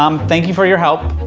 um thank you for your help.